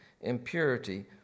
impurity